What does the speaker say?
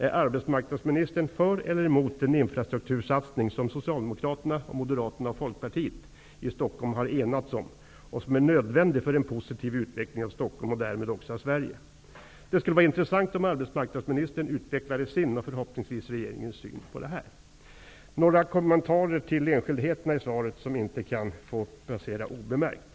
Är arbetsmarknadsministern för eller emot den infrastruktursatsning som Socialdemokraterna, Moderaterna och Folkpartiet i Stockholm har enats om och som är nödvändig för en positiv utveckling av Stockholm och därmed också av Sverige? Det skulle vara intressant om arbetsmarknadsministern utvecklade sin och förhoppningsvis regeringens syn på detta. Så några kommentarer till enskildheter i svaret som inte får passera obemärkt.